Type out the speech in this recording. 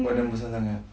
badan besar sangat